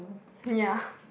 ya